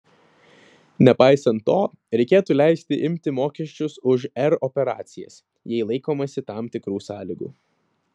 nepaisant to reikėtų leisti imti mokesčius už r operacijas jei laikomasi tam tikrų sąlygų